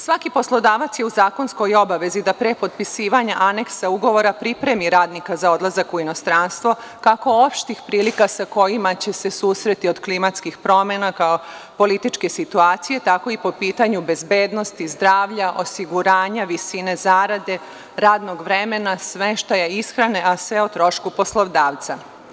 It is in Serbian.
Svaki poslodavac je u zakonskoj obavezi da pre potpisivanja aneksa ugovora pripremi radnika za odlazak u inostranstvo, kako opštih prilika sa kojima će se susresti, od klimatskih promena, političke situacije, tako i po pitanju bezbednosti, zdravlja, osiguranja, visine zarade, radnog vremena, smeštaja, ishrane, a sve o trošku poslodavca.